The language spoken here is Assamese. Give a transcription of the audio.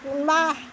কোনোবা